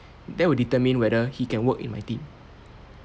that will determine whether he can work in my team